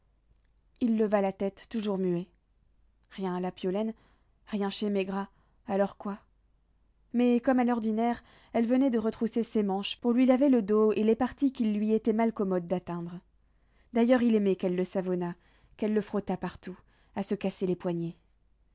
il leva la tête toujours muet rien à la piolaine rien chez maigrat alors quoi mais comme à l'ordinaire elle venait de retrousser ses manches pour lui laver le dos et les parties qu'il lui était mal commode d'atteindre d'ailleurs il aimait qu'elle le savonnât qu'elle le frottât partout à se casser les poignets